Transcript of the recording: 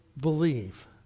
believe